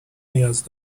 نیاز